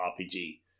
RPG